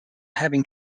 having